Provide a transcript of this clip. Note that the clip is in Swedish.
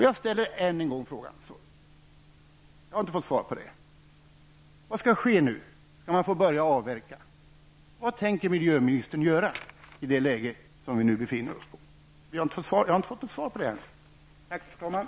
Jag vill än en gång fråga: Vad skall nu ske? Skall man få börja avverka? Vad tänker miljöministern göra i det läge vi nu befinner oss i? Jag har inte fått något svar på dessa frågor.